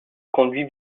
conduit